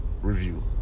review